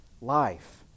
life